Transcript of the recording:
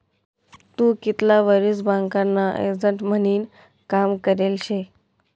तू कितला वरीस बँकना एजंट म्हनीन काम करेल शे?